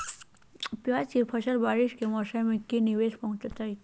प्याज के फसल बारिस के मौसम में की निवेस पहुचैताई?